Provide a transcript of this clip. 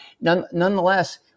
nonetheless